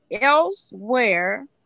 elsewhere